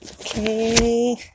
Okay